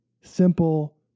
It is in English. simple